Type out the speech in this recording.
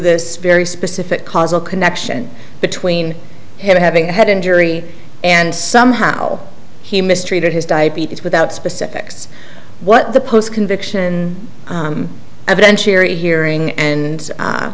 this very specific causal connection between having a head injury and somehow he mistreated his diabetes without specifics what the post conviction evidentiary hearing and